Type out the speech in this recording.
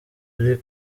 ari